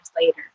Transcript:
later